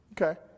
Okay